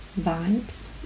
Vibes